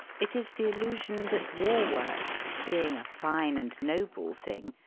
it is the illusion that war-work, being a fine and noble thing,